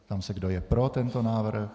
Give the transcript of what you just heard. Ptám se, kdo je pro tento návrh.